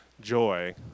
joy